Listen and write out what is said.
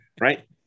right